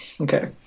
Okay